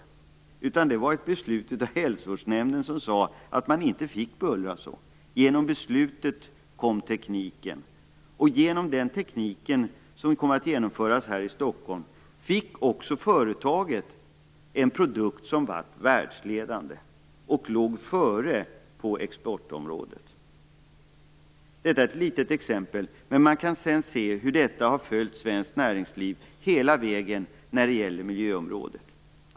De kom på grund av ett beslut av hälsovårdsnämnden om att man inte fick bullra så. Genom beslutet kom tekniken. Genom den tekniken, som kom att utvecklas här i Stockholm, fick också företaget en produkt som blev världsledande. Man låg före på exportområdet. Detta är ett litet exempel, men vi kan se hur detta har följt svenskt näringsliv hela vägen på miljöområdet.